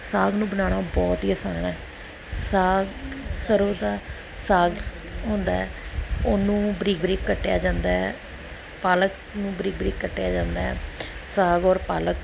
ਸਾਗ ਨੂੰ ਬਣਾਉਣਾ ਬਹੁਤ ਹੀ ਆਸਾਨ ਹੈ ਸਾਗ ਸਰ੍ਹੋਂ ਦਾ ਸਾਗ ਹੁੰਦਾ ਉਹਨੂੰ ਬਰੀਕ ਬਰੀਕ ਕੱਟਿਆ ਜਾਂਦਾ ਪਾਲਕ ਨੂੰ ਬਰੀਕ ਬਰੀਕ ਕੱਟਿਆ ਜਾਂਦਾ ਸਾਗ ਔਰ ਪਾਲਕ